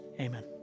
Amen